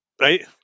right